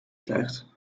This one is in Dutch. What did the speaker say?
stijgt